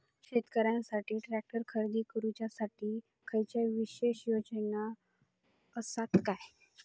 शेतकऱ्यांकसाठी ट्रॅक्टर खरेदी करुच्या साठी खयच्या विशेष योजना असात काय?